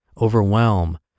overwhelm